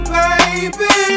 baby